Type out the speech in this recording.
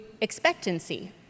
expectancy